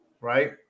right